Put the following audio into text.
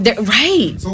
right